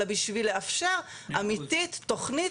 אלא בשביל לאפשר אמיתית תכנית,